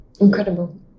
incredible